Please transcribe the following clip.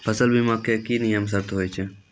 फसल बीमा के की नियम सर्त होय छै?